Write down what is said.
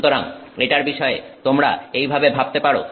সুতরাং এটার বিষয়ে তোমরা এইভাবে ভাবতে পারো